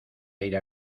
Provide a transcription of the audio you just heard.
aire